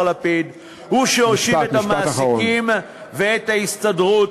לפיד הוא שהושיב את המעסיקים ואת ההסתדרות,